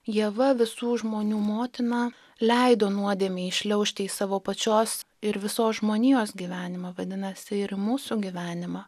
ieva visų žmonių motina leido nuodėmei įšliaužti į savo pačios ir visos žmonijos gyvenimą vadinasi ir į mūsų gyvenimą